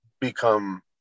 become